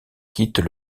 quittent